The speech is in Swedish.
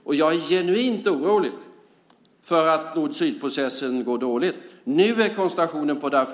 Och jag är genuint orolig för att nord-syd-processen går dåligt. Nu ligger koncentrationen på Darfur.